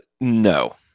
No